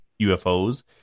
UFOs